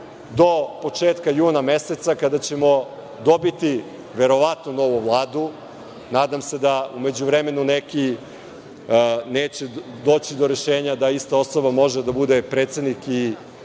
do početka juna meseca, kada ćemo dobiti, verovatno, novu Vladu. Nadam se da u međuvremenu neki neće doći do rešenja da ista osoba može da bude i predsednik